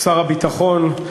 שר הביטחון,